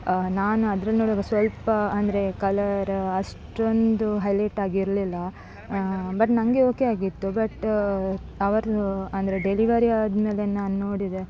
ನಾನು ಅದ್ರನ್ನು ನೋಡಿ ಸ್ವಲ್ಪ ಅಂದರೆ ಕಲರ್ ಅಷ್ಟೊಂದು ಹೈಲೆಟಾಗಿರಲಿಲ್ಲ ಬಟ್ ನನಗೆ ಓಕೆ ಆಗಿತ್ತು ಬಟ್ ಅವರು ಅಂದರೆ ಡೆಲಿವರಿ ಆದಮೇಲೆ ನಾನು ನೋಡಿದೆ